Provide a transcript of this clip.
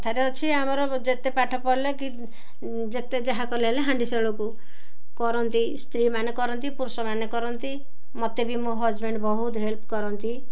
କଥାରେ ଅଛି ଆମର ଯେତେ ପାଠ ପଢ଼ିଲେ କି ଯେତେ ଯାହା କଲେ ହେଲେ ହାଣ୍ଡିଶାଳକୁ କରନ୍ତି ସ୍ତ୍ରୀମାନେ କରନ୍ତି ପୁରୁଷମାନେ କରନ୍ତି ମୋତେ ବି ମୋ ହଜବେଣ୍ଡ ବହୁତ ହେଲ୍ପ କରନ୍ତି